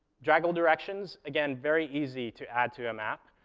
draggable directions, again very easy to add to a map.